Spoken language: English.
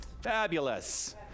Fabulous